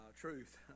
truth